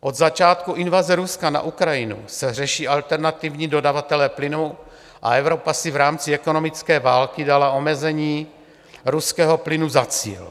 Od začátku invaze Ruska na Ukrajinu se řeší alternativní dodavatelé plynu a Evropa si v rámci ekonomické války dala omezení ruského plynu za cíl.